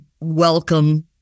welcome